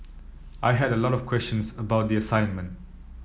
I had a lot of questions about the assignment